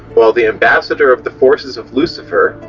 while the ambassador of the forces of lucifer,